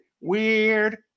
weird